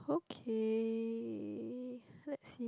okay let's see